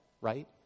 right